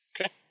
Okay